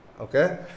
Okay